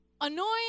Annoying